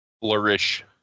flourish